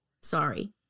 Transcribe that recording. sorry